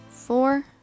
Four